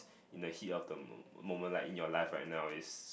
in the heat of the mo~ moment like in your life right now is